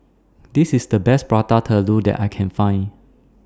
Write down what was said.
This IS The Best Prata Telur that I Can Find